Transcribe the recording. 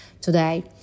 today